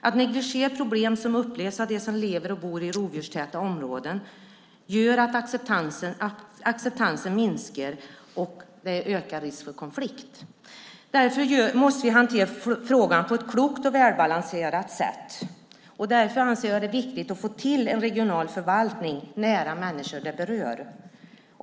Att negligera problem som upplevs av dem som lever och bor i rovdjurstäta områden gör att acceptansen minskar, och det blir en ökad risk för konflikt. Därför måste vi hantera frågan på ett klokt och välbalanserat sätt. Jag anser det därför viktigt att få till en regional förvaltning nära de människor det berör.